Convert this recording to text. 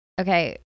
Okay